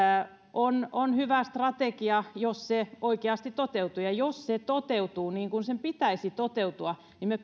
malli on hyvä strategia jos se oikeasti toteutuu ja jos se toteutuu niin kuin sen pitäisi toteutua niin me